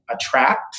attract